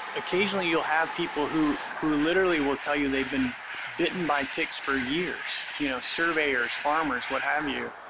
occasionally you'll have people who who literally will tell you they've been bitten by ticks for years, you know, surveyors, farmers, what have you,